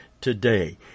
today